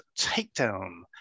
Takedown